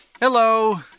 Hello